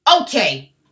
okay